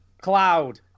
Cloud